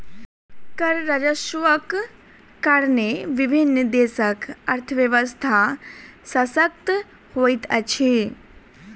कर राजस्वक कारणेँ विभिन्न देशक अर्थव्यवस्था शशक्त होइत अछि